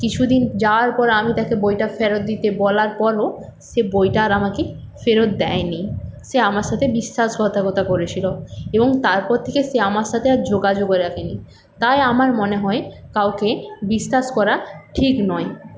কিছুদিন যাওয়ার পর আমি তাকে বইটা ফেরত দিতে বলার পরও সে বইটা আর আমাকে ফেরত দেয়নি সে আমার সঙ্গে বিশ্বাসঘাতকতা করেছিল এবং তারপর থেকে সে আমার সঙ্গে আর যোগাযোগ রাখেনি তাই আমার মনে হয় কাউকে বিশ্বাস করা ঠিক নয়